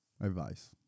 advice